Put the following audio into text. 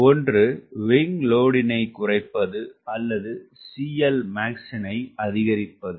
ஒன்று விங்க் லோடிங்கினை குறைப்பது அல்லது CLmax -னை அதிகரிப்பது